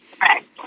Right